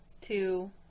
two